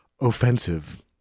offensive